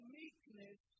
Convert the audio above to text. meekness